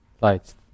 lights